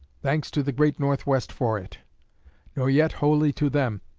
thanks to the great northwest for it nor yet wholly to them.